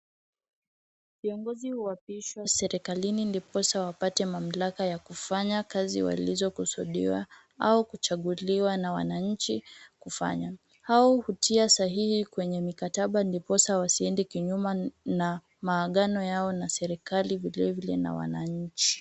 Kiongozi huapishwa serikalini ndiposa wapate mamlaka ya kufanya kazi walizokusudiwa au kuchaguliwa na wananchi kufanya. Hao hutia sahihi kwenye mikataba ndiposa wasiende kinyume na maagano yao na serikali vile vile na wananchi.